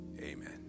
Amen